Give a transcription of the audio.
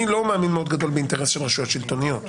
אני לא מאמין גדול באינטרס של רשויות שלטוניות.